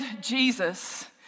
Jesus